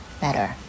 better